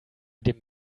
dem